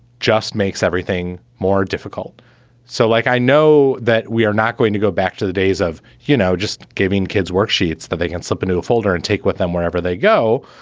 just makes everything more difficult so like i know that we are not going to go back to the days of, you know, just giving kids worksheets that they can slip into a folder and take with them wherever they go.